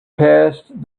passed